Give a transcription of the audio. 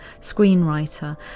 screenwriter